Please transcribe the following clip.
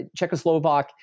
Czechoslovak